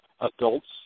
adults